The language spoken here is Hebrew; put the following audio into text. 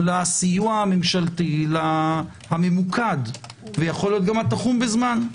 לסיוע הממשלתי הממוקד, ויכול להיות גם התחום בזמן,